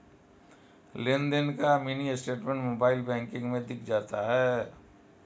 लेनदेन का mini statement mobile banking में दिख जाता है